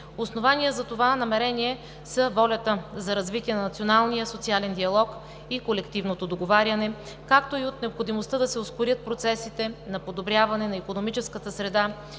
Основание за това намерение са волята за развитие на националния социален диалог и колективното договаряне, както и от необходимостта да се ускорят процесите на подобряване на икономическата среда